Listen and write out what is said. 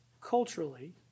culturally